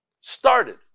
Started